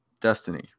Destiny